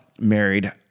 married